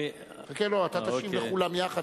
תשיב לכולם יחד,